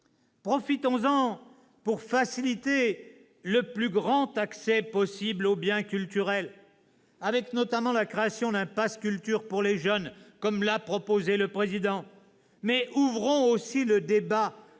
Profitons-en pour faciliter le plus large accès possible aux biens culturels, avec notamment la création d'un Pass-culture pour les jeunes, comme l'a proposé le Président de la République. Mais ouvrons aussi le débat